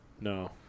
No